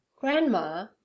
Grandma